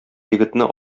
егетне